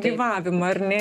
gyvavimą ar ne